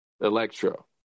electro